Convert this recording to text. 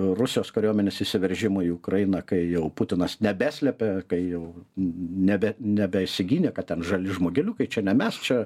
rusijos kariuomenės įsiveržimo į ukrainą kai jau putinas nebeslepia kai jau nebe nebesigynė kad ten žali žmogeliukai čia ne mes čia